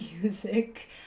music